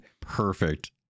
perfect